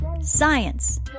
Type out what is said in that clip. science